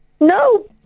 No